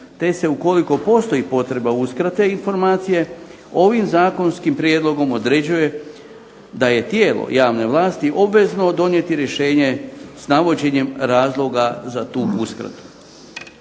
te se ukoliko postoji potreba uskrate informacije ovim zakonskim prijedlogom određuje da je tijelo javne vlasti obvezno donijeti rješenje s navođenjem razloga za tu uskratu.